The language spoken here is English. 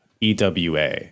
EWA